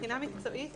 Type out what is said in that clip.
מבחינה מקצועית,